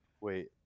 Wait